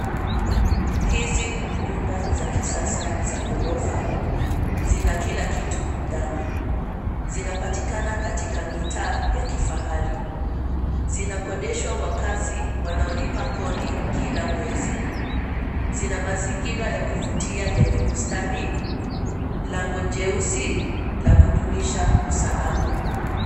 Hizi ni nyumba za kisasa za ghorofa, zina kila kitu ndani, zinapatikana katika mitaa ya kifahari, zinakodeshwa wakazi wanaolipa kodi kila mwezi, zina mazingira ya kuvutia yenye bustani, lango jeusi, lakudumisha usalama.